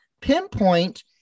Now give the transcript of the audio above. pinpoint